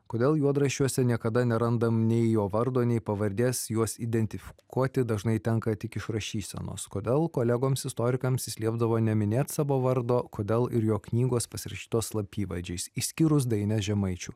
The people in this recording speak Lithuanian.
kodėl juodraščiuose niekada nerandam nei jo vardo nei pavardės juos identifikuoti dažnai tenka tik iš rašysenos kodėl kolegoms istorikams jis liepdavo neminėt savo vardo kodėl ir jo knygos pasirašytos slapyvardžiais išskyrus dainas žemaičių